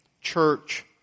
church